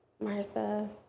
Martha